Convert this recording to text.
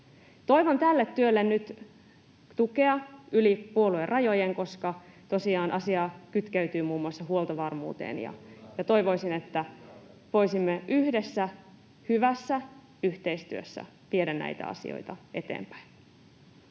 Toivon tälle työlle nyt tukea yli puoluerajojen, koska tosiaan asia kytkeytyy muun muassa huoltovarmuuteen, [Petri Huru: Toivokaa sitä hallituksen sisällä!] ja toivoisin, että voisimme yhdessä, hyvässä yhteistyössä viedä näitä asioita eteenpäin.